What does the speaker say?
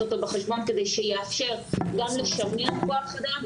אותו בחשבון כדי שיאפשר גם לשנע כוח אדם,